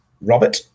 Robert